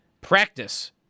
Practice